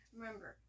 Remember